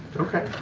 okay,